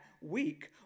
week